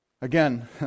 again